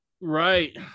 right